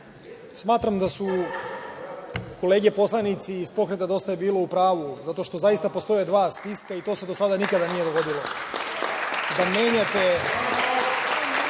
smatram da su kolege poslanici iz pokreta DJB u pravu zato što zaista postoje dva spiska i to se do sada nikada nije dogodilo, da menjate